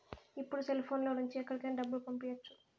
ఇప్పుడు సెల్ఫోన్ లో నుంచి ఎక్కడికైనా డబ్బులు పంపియ్యచ్చు